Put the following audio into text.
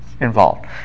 involved